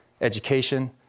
Education